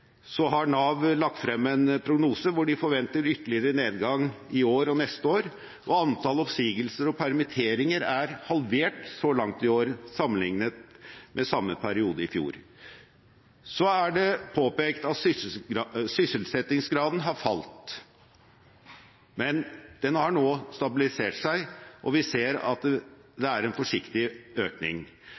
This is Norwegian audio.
så langt i år sammenlignet med samme periode i fjor. Så er det påpekt at sysselsettingsgraden har falt, men den har nå stabilisert seg, og vi ser at det er en forsiktig økning.